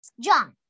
John